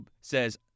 says